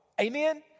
Amen